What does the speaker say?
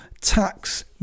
Tax